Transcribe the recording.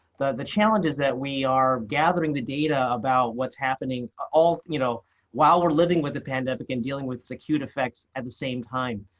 the the challenge is that we are gathering the data about what's happening you know while we're living with the pandemic and dealing with its acute effects at the same time.